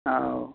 ᱚ